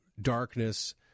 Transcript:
darkness